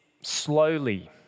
slowly